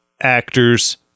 actors